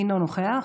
אינו נוכח,